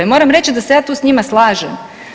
Moram reći da se ja tu sa njima slažem.